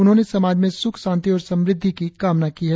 उन्होंने समाज में सुख शांति और समृद्धि की कामना की है